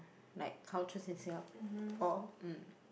like cultures in Singapore mm